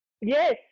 Yes